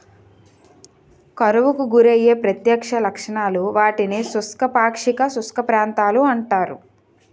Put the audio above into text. కరువుకు గురయ్యే ప్రత్యక్ష లక్షణాలు, వాటిని శుష్క, పాక్షిక శుష్క ప్రాంతాలు అంటారు